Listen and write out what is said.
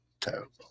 Terrible